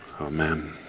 Amen